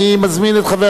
אני מזמין את כבוד